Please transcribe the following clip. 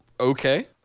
Okay